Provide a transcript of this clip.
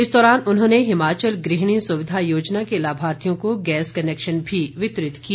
इस दौरान उन्होंने हिमाचल गृहिणी सुविधा योजना के लाभार्थियों को गैस कनेक्शन भी वितरित किए